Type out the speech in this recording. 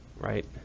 right